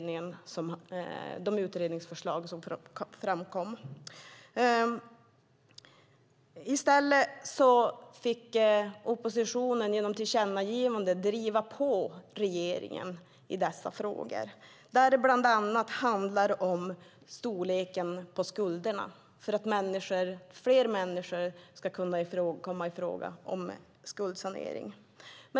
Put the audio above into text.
I stället fick oppositionen genom ett tillkännagivande driva på regeringen i dessa frågor. Det handlar bland annat om storleken på skulderna för att fler människor ska kunna komma i fråga för skuldsanering.